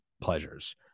pleasures